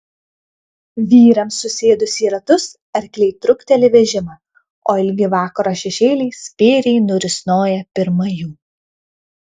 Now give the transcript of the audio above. vyrams susėdus į ratus arkliai trukteli vežimą o ilgi vakaro šešėliai spėriai nurisnoja pirma jų